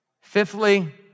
Fifthly